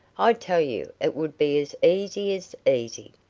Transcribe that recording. i tell you it would be as easy as easy.